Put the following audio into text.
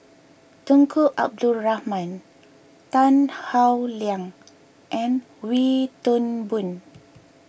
Tunku Abdul Rahman Tan Howe Liang and Wee Toon Boon